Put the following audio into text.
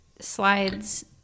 slides